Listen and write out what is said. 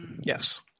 Yes